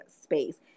space